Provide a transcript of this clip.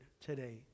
today